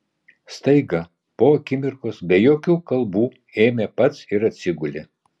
staiga po akimirkos be jokių kalbų ėmė pats ir atsigulė